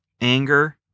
anger